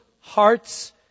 hearts